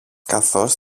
καθώς